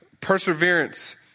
Perseverance